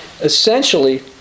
Essentially